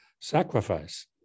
sacrifice